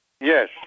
Yes